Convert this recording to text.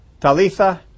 Talitha